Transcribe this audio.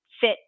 Fit